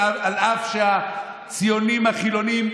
אף שהציונים החילונים,